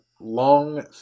long